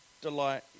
delight